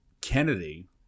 Kennedy